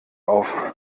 auf